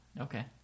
Okay